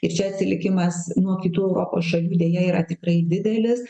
ir čia atsilikimas nuo kitų europos šalių deja yra tikrai didelis